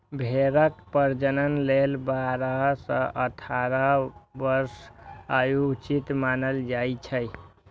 भेड़क प्रजनन लेल बारह सं अठारह वर्षक आयु उचित मानल जाइ छै